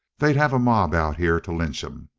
they'd have a mob out here to lynch him!